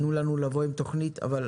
תבקשו לבוא עם תוכנית, אבל